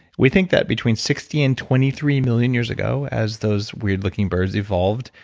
we think that between sixty and twenty three million years ago, as those weird looking birds evolved,